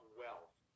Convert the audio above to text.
wealth